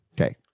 Okay